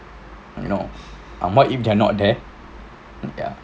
you know um what if cannot there ya